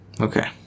Okay